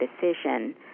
decision